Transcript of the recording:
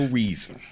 reason